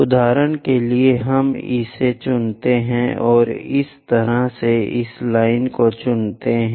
उदाहरण के लिए हम इसे चुनते हैं और इसी तरह इस लाइन को चुनते हैं